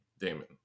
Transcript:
Damon